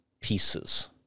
pieces